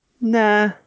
Nah